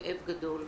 כאב גדול.